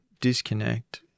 disconnect